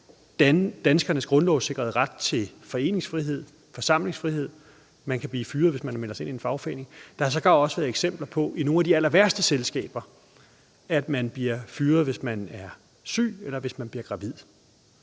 danskernes grundlovssikrede ret til foreningsfrihed, forsamlingsfrihed, ved at man kan blive fyret, hvis man melder sig ind i en fagforening. Der har sågar også i nogle af de allerværste selskaber været eksempler på, at man bliver fyret, hvis man er syg, eller hvis man bliver gravid.